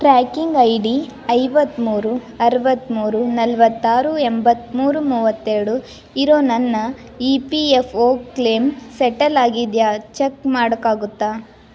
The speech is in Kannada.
ಟ್ರ್ಯಾಕಿಂಗ್ ಐ ಡಿ ಐವತ್ತ್ಮೂರು ಅರವತ್ಮೂರು ನಲವತ್ತಾರು ಎಂಬತ್ತ್ಮೂರು ಮೂವತ್ತೆರಡು ಇರೋ ನನ್ನ E P F O claim settle ಆಗಿದೆಯಾ ಚೆಕ್ ಮಾಡೋಕ್ಕಾಗುತ್ತಾ